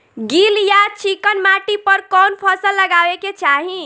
गील या चिकन माटी पर कउन फसल लगावे के चाही?